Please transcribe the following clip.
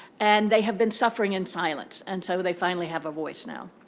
and they have been suffering in silence. and so, they finally have a voice now.